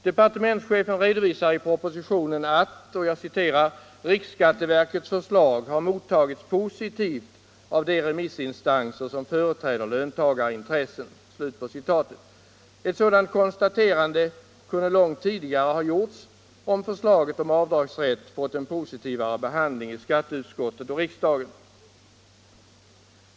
Departementschefen redovisar i propositionen att ”riksskatteverkets förslag har mottagits positivt av de remissinstanser som företräder löntagarintressen”. Ett sådant konstaterande kunde ha gjorts långt tidigare om förslaget om avdragsrätt fått en mera positiv behandling i skatteutskottet och kammaren.